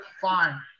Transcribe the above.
fine